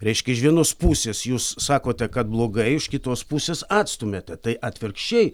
reiškia iš vienos pusės jūs sakote kad blogai iš kitos pusės atstumiate tai atvirkščiai